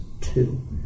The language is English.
two